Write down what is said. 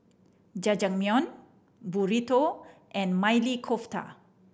Jajangmyeon Burrito and Maili Kofta